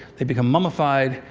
they become mummified,